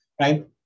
right